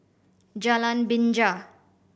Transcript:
Jalan Binja